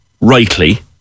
rightly